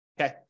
okay